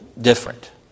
different